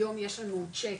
היום יש לנו צ'אט